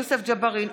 יוסף ג'בארין,